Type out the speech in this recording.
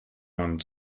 man